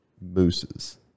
Mooses